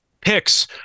picks